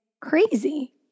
crazy